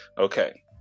Okay